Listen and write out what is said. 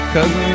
Cause